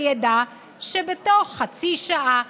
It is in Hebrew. וידע שבתוך חצי שעה,